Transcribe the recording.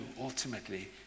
ultimately